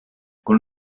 con